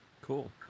Cool